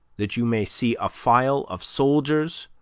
that you may see a file of soldiers,